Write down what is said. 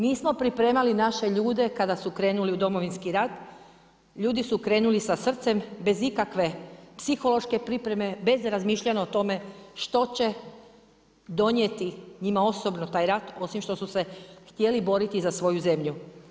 Nismo pripremali naše ljude kada su krenuli u Domovinski rat, ljudi su krenuli sa srcem bez ikakve psihološke pripreme, bez razmišljanja o tome što će donijeti njima osobno taj rat osim što su se htjeli boriti za svoju zemlju.